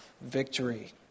victory